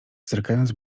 zerkając